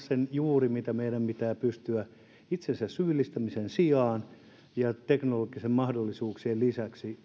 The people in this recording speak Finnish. juuri sen että meidän pitää pystyä itsensä syyllistämisen sijaan ja teknologisten mahdollisuuksien lisäksi